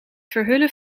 verhullen